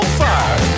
fire